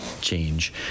change